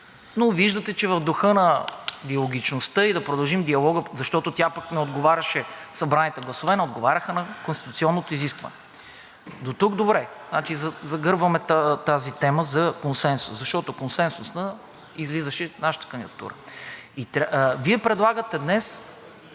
но виждате, че в духа на диалогичността и да продължим диалога, защото събраните гласове не отговаряха на конституционното изискване. Дотук добре, значи загърбваме тази тема за консенсуса, защото консенсусна излизаше нашата кандидатура. Вие предлагате днес,